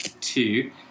two